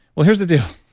well, here's the deal.